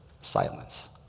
silence